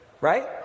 Right